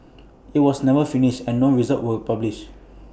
IT was never finished and no results were published